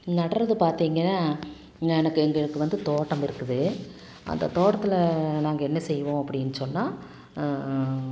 நடுறது பார்த்தீங்க எனக்கு எங்களுக்கு வந்து தோட்டம் இருக்குது அந்த தோட்டத்தில் நாங்கள் என்ன செய்வோம் அப்படினு சொன்னா